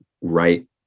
right